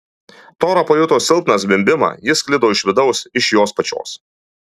tora pajuto silpną zvimbimą jis sklido iš vidaus iš jos pačios